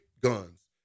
guns